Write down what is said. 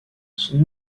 sous